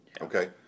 Okay